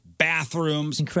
Bathrooms